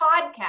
podcast